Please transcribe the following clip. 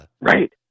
Right